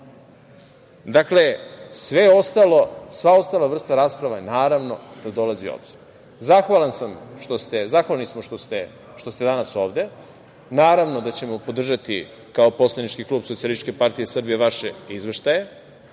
Dakle, sva ostala vrsta rasprave naravno da dolazi u obzir. Zahvalni smo što ste danas ovde. Naravno da ćemo podržati kao poslanički klub Socijalističke partije Srbije vaše izveštaje